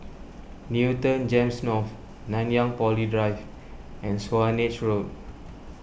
Newton Gems North Nanyang Poly Drive and Swanage Road